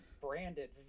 branded